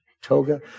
toga